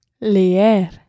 Leer